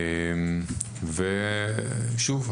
שוב,